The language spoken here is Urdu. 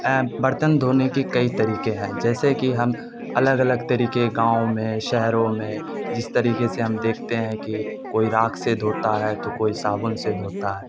برتن دھونے کے کئی طریقے ہیں جیسے کہ ہم الگ الگ طریقے گاؤں میں شہروں میں جس طریقے سے ہم دیکھتے ہیں کہ کوئی راکھ سے دھوتا ہے تو کوئی صابن سے دھوتا ہے